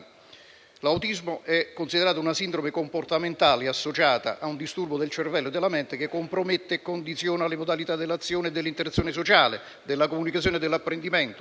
L'autismo è considerato una sindrome comportamentale associata a un disturbo del cervello e della mente che compromette e condiziona le modalità dell'azione e dell'interazione sociale, della comunicazione e dell'apprendimento,